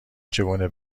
چگونه